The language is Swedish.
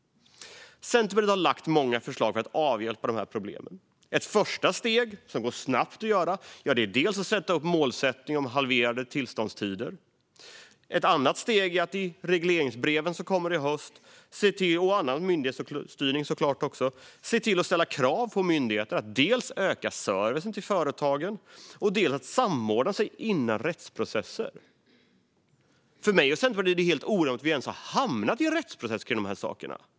Centerpartiet har lagt fram många förslag för att avhjälpa de här problemen. Ett första steg, som går snabbt att ta, är att sätta upp målet att halvera tiderna för miljötillstånd. Nästa steg är att i regleringsbreven som kommer i höst och annan myndighetsstyrning ställa krav på myndigheter att dels öka servicen till företagen, dels samordna sig före rättsprocesser. För mig och Centerpartiet är det helt oerhört att vi ens har hamnat i en rättsprocess kring de här sakerna.